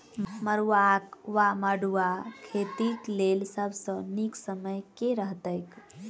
मरुआक वा मड़ुआ खेतीक लेल सब सऽ नीक समय केँ रहतैक?